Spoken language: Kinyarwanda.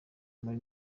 muri